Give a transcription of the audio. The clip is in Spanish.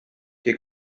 que